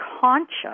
conscious